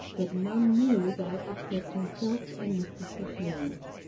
but none knew that except himself and mr shushions.